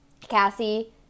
Cassie